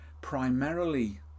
primarily